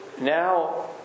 now